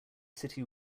city